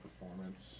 performance